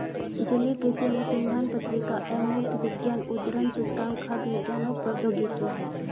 जलीय कृषि अनुसंधान पत्रिका अमूर्त विज्ञान उद्धरण सूचकांक खाद्य विज्ञान और प्रौद्योगिकी है